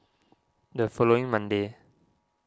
the following monday